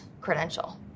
credential